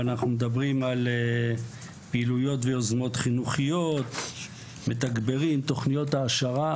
ועל פעילות ויוזמות חינוכיות ומתגברים תוכניות העשרה,